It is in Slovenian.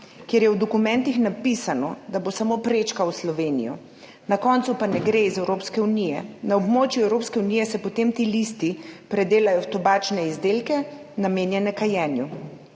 kjer je v dokumentih napisano, da bo samo prečkal Slovenijo, na koncu pa ne gre iz Evropske unije. Na območju Evropske unije se potem ti listi predelajo v tobačne izdelke, namenjene kajenju.